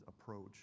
approach